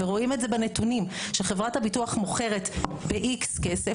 ורואים את זה בנתונים שחברת הביטוח מוכרת ב-X כסף